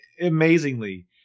Amazingly